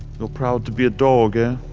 you're proud to be a dog, ah?